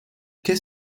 qu’est